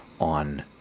on